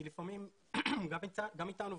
כי לפעמים גם איתנו,